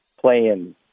playing